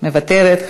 מוותרת.